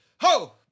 Ho